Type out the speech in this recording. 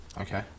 Okay